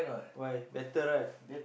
why better right